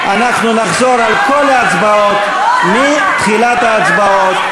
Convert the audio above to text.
אנחנו נחזור על כל ההצבעות מתחילת ההצבעות.